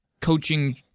coaching